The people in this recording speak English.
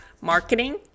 marketing